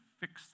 fix